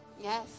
Yes